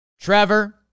Trevor